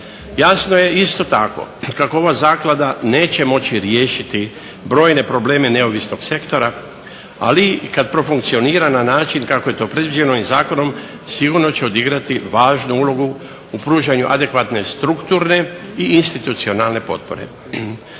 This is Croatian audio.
Jasno je isto tako kako ova zaklada neće moći riješiti brojne probleme neovisnog sektora ali i kada profunkcionira na način kako je to predviđeno ovim zakonom sigurno će odigrati važnu ulogu u pružanju adekvatne strukturne i institucionalne potpore.